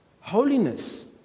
Holiness